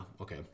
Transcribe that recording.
okay